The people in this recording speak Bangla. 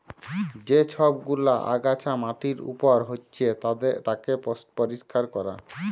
যে সব গুলা আগাছা মাটির উপর হচ্যে তাকে পরিষ্কার ক্যরা